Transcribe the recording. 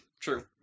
True